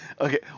Okay